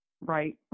right